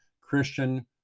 Christian